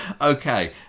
Okay